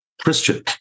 Christian